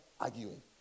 arguing